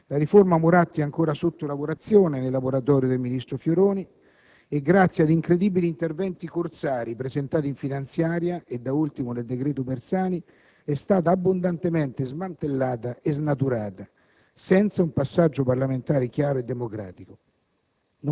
la riforma Moratti è ancora sotto lavorazione nel laboratorio del ministro Fioroni e grazie ad incredibili interventi corsari, presentati in finanziaria e da ultimo nel decreto Bersani, è stata abbondantemente smantellata e snaturata, senza un passaggio parlamentare chiaro e democratico.